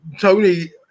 Tony